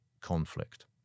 conflict